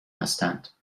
هستند